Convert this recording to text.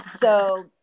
So-